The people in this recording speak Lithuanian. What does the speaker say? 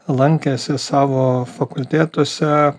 lankėsi savo fakultetuose